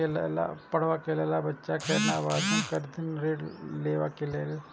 पढ़वा कै लैल बच्चा कैना आवेदन करथिन ऋण लेवा के लेल?